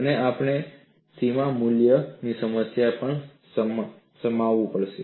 અને આને સીમા મૂલ્ય સમસ્યામાં સમાવવું પડશે